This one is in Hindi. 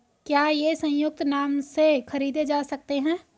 क्या ये संयुक्त नाम से खरीदे जा सकते हैं?